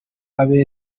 abe